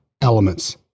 elements